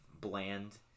bland